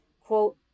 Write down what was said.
quote